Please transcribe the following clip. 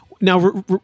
now